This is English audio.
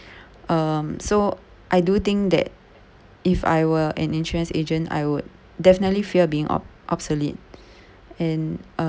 um so I do think that if I were an insurance agent I would definitely fear being ob~ obsolete and uh